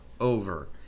over